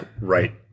right